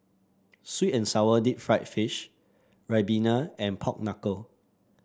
sweet and sour Deep Fried Fish ribena and Pork Knuckle